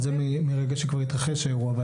אבל זה מרגע שכבר התרחש האירוע,